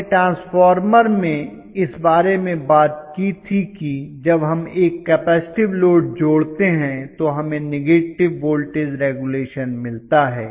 हमने ट्रांसफार्मर में इस बारे में बात की थी कि जब हम एक कपेसिटिव लोड जोड़ते हैं तो हमें नेगेटिव वोल्टेज रेगुलेशन मिलता है